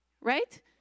Right